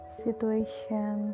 situation